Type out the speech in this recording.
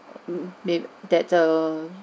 may~ that's err